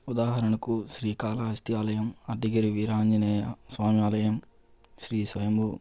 ఉదాహరణకు శ్రీకాళహస్తి ఆలయం అర్ధగిరి వీరాంజనేయ స్వామి ఆలయం శ్రీ స్వయంభు